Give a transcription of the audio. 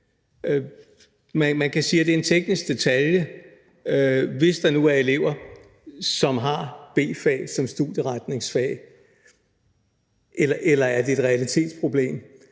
Man kan spørge, om det er en teknisk detalje, hvis der nu er elever, som har B-fag som studieretningsfag, eller om det er et realitetsproblem.